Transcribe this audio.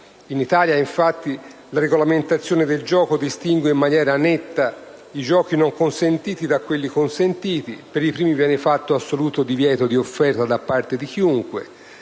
In Italia, infatti, la regolamentazione del gioco distingue in maniera netta i giochi non consentiti da quelli consentiti: per i primi viene fatto assoluto divieto di offerta da parte di chiunque;